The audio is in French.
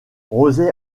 rozay